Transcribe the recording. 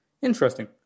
Interesting